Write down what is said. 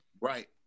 Right